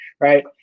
Right